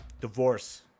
divorce